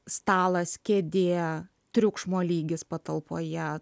stalas kėdė triukšmo lygis patalpoje